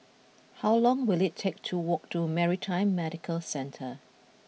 how long will it take to walk to Maritime Medical Centre